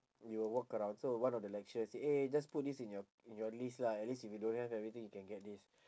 you will walk around so one of the lecturers say eh just put this in your in your list lah at least if you don't have everything you can get this